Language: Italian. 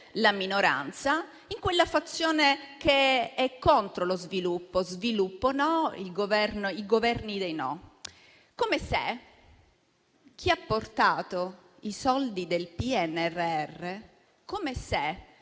la minoranza in quella fazione che è contro lo sviluppo (sviluppo no, Governi dei no), come se chi ha portato i soldi del PNRR, chi ha